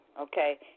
Okay